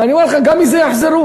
ואני אומר לכם: גם מזה יחזרו.